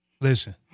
Listen